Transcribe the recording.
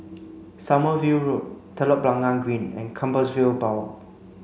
Sommerville Road Telok Blangah Green and Compassvale Bow